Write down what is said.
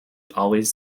always